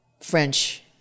French